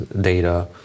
data